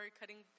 cutting